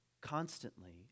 constantly